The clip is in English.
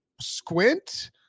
squint